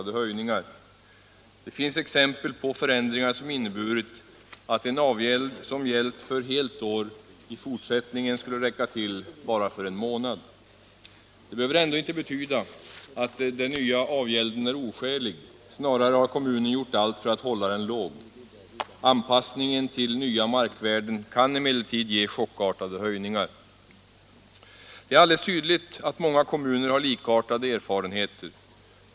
Det finns exempel på förändringar som inneburit att en avgäld som räckt för helt år i fortsättningen skulle räcka till bara för en månad. Det behöver ändå inte betyda att den nya avgälden är oskälig — snarare har kommunen gjort allt för att hålla den låg. Anpassningen till nya markvärden kan emellertid ge chockartade höjningar. Det är alldeles tydligt att många kommuner har likartade erfarenheter.